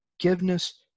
forgiveness